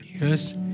Yes